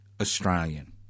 Australian